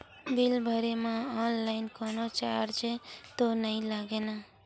Bill भरे मा online कोनो चार्ज तो नई लागे ना?